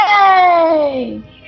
Yay